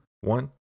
one